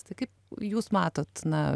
tai kaip jūs matot na